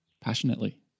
Passionately